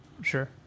Sure